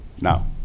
Now